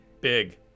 big